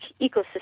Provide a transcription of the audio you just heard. ecosystem